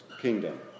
kingdom